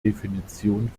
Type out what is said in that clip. definition